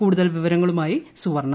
കൂടുതൽ വിവരങ്ങളുമായി സുവർണ